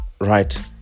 right